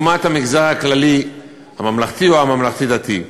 לעומת המגזר הכללי הממלכתי או הממלכתי-דתי?